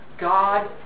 God